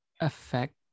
affect